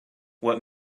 what